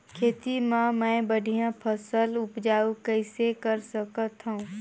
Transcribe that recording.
खेती म मै बढ़िया फसल उपजाऊ कइसे कर सकत थव?